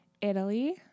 Italy